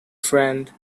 friend